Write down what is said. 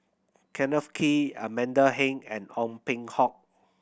Kenneth Kee Amanda Heng and Ong Peng Hock